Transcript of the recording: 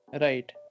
Right